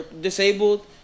disabled